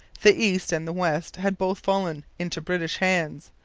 the east and the west had both fallen into british hands.